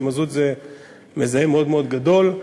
ומזוט הוא מזהם מאוד מאוד גדול.